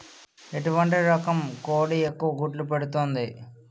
ఎటువంటి రకం కోడి ఎక్కువ గుడ్లు పెడుతోంది?